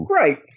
Right